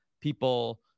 people